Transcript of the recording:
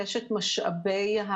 אנחנו עוקבים אחרי הדבר הזה.